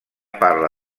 parla